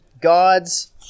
God's